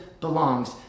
belongs